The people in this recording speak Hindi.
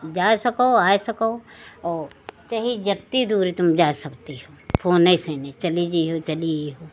जा सको आ सको और चाहे जितनी दूर तुम जा सकती हो फ़ोन से ही ना चली जाओ चली आओ